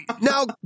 now